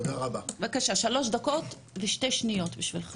בבקשה שלוש דקות ושתי שניות, בשבילך.